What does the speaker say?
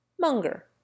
Munger